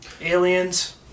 Aliens